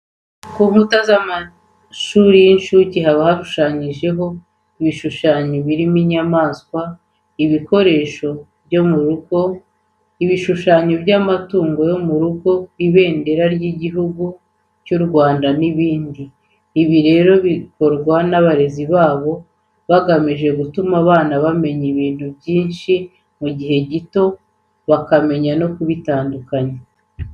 Ku nkuta z'amashuri y'incuke haba hashushanyijeho ibishushanyo birimo inyamaswa, ibikoresho byo mu rugo, ibishushanyo by'amatungo yo mu rugo, Ibendera ry'Igihugu cy'u Rwanda n'ibindi. Ibi rero bikorwa n'abarezi babo bagamije gutuma aba bana bamenya ibintu byinshi mu gihe gito kandi bakamenya no kubitandukanya.